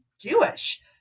Jewish